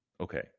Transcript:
Okay